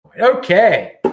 okay